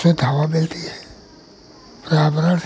शुद्ध हवा मिलती है पर्यावरण ही